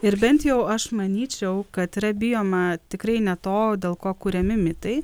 ir bent jau aš manyčiau kad yra bijoma tikrai ne to dėl ko kuriami mitai